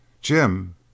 Jim